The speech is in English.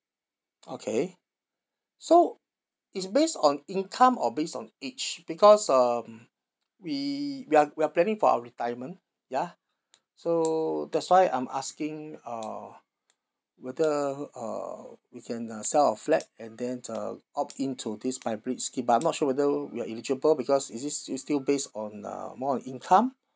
okay so it's based on income or based on age because um we we are we are planning for our retirement ya so that's why I'm asking uh whether uh we can uh sell our flat and then uh opt into this buyback scheme but I'm not sure whether we're eligible because is it s~ still based on uh more on income